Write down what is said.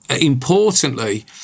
importantly